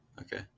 Okay